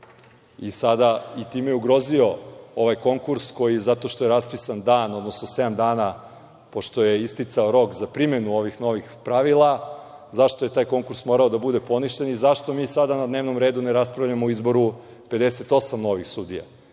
godine i time ugrozio ovaj konkurs koji zato što je raspisan dan, odnosno sedam dana pošto je isticao rok za primenu ovih novih pravila, zašto je taj konkurs morao da bude poništen i zašto mi sada na dnevnom redu ne raspravljamo o izboru 58 novih sudija?